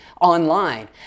online